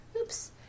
Oops